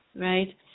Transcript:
right